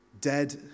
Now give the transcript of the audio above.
dead